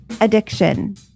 addiction